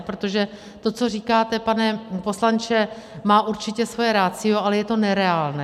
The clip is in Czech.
Protože to, co říkáte, pane poslanče, má určitě své ratio, ale je to nereálné.